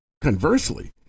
conversely